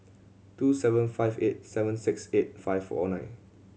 two seven five eight seven six eight five O nine